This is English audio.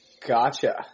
Gotcha